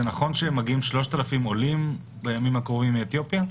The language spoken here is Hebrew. זה נכון שמגיעים 3,000 עולים בימים הקרובים מאתיופיה?